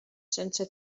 sense